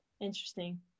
Interesting